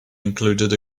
included